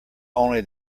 only